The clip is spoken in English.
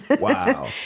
Wow